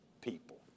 people